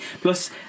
plus